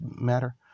matter